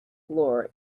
floor